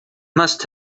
must